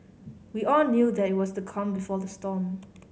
we all knew that it was the calm before the storm